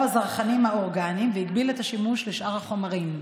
הזרחנים האורגניים והגביל את השימוש בשאר החומרים.